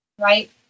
right